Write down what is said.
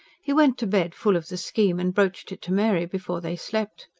he went to bed full of the scheme and broached it to mary before they slept.